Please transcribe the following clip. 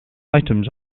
items